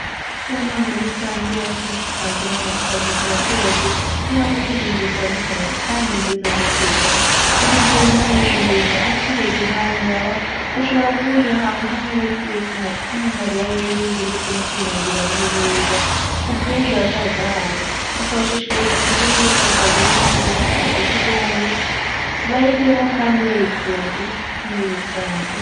Mu nama rusange akenshi usanga inama rusange z'abaturage ntihabura ingingo zitandukanye kandi nziza zo kwigaho, urugero nka ejo heza. Abaturage nk'aba ngaba bashobora guhurira ahantu hamwe barikwiga k'umumaro wa ejo heza ndetse no kwibumbira mu ejo heza. Ku bw'ejo hazaza habo bakabashishikariza kuyijyamo ndetse bakababwira n'icyiza cyabyo kugira ngo bayijyemo kandi bayikunze muri rusange.